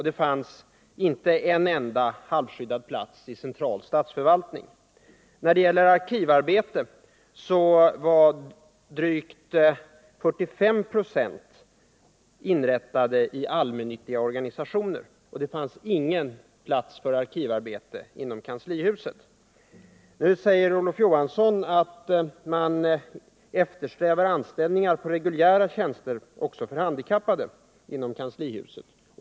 Det fanns inte en enda halvskyddad plats i central statsförvaltning. allmännyttiga organisationer, men det fanns ingen plats för arkivarbete inom kanslihuset. Nu säger Olof Johansson att man i kanslihuset eftersträvar anställningar på reguljära tjänster också för handikappade.